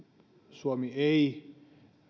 suomi ei